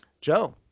Joe